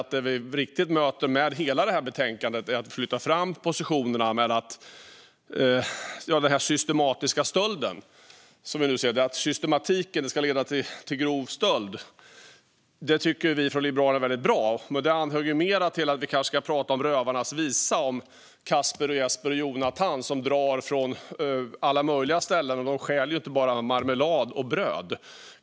Men det vi riktigt möter i och med hela det här betänkandet är att vi flyttar fram positionerna gällande att den systematiska stölden ska leda till rubriceringen grov stöld. Det tycker vi från Liberalerna är väldigt bra. Det knyter an till Rövarnas visa om Kasper och Jesper och Jonatan som drar runt mellan alla möjliga ställen och inte bara stjäl marmelad och bröd.